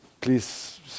please